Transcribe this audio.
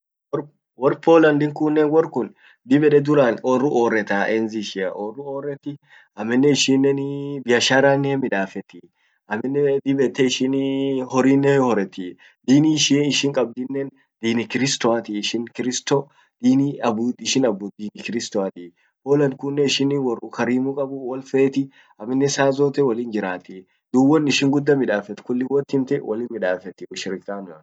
Wor Poland kunnen dib ede duran orru orreta enzi ishia, orrum oreti amminen ishinen biasharannen himmidafeti, amminen dib ete ishin horrinen hioretti, dini ishia ishin kabdinnen, dini kristoati ishin, kristo dini ishin abbud kristoati. Poland kunnen ishin worrum karimu kabu wol feti ,amminen saa zote wollin jiratii, dub wonishin gudda midafett kulli wot himte wollin midaffeti ushirikanoa.